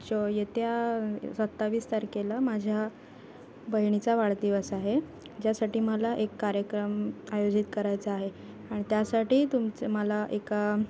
च येत्या सत्तावीस तारखेला माझ्या बहिणीचा वाढदिवस आहे ज्यासाठी मला एक कार्यक्रम आयोजित करायचा आहे आणि त्यासाठी तुमचं मला एका